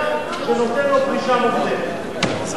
בסדר, אז את הדברים האלה אני רוצה להסדיר.